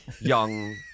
young